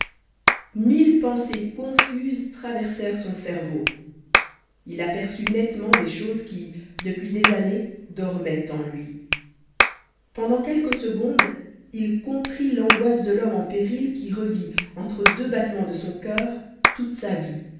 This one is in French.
mille pensées confuses traversèrent son cerveau il aperçut nettement des choses qui depuis des années dormaient en lui pendant quelques secondes il comprit l'angoisse de l'homme en péril qui revit entre deux battements de son coeur toute sa vie